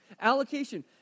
Allocation